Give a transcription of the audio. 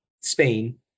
Spain